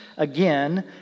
again